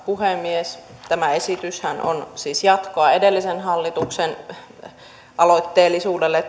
puhemies tämä esityshän on jatkoa edellisen hallituksen aloitteellisuudelle